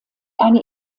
eine